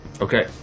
Okay